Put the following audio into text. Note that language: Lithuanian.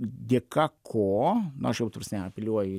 dėka ko nu aš jau ta prasme apeliuoju į